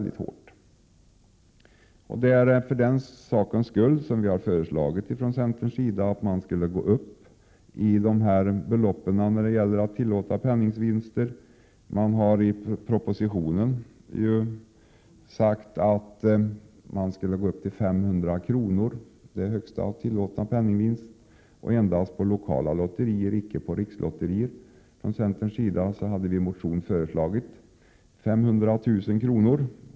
Det är därför vi från centerns sida har föreslagit att man skall höja beloppen för tillåtna penningvinster. I propositionen sägs att det högsta tillåtna beloppet i fråga om penningvinster skall vara 500 kr. Det skulle gälla endast lokala lotterier — icke rikslotterier. Centern har i motion föreslagit 500 000 kr.